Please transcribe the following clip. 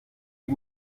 die